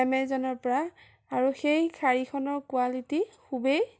এমেজনৰ পৰা আৰু সেই শাৰীখনৰ কুৱালিটি খুবেই